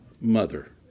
Mother